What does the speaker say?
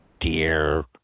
dear